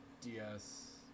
DS